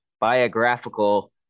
biographical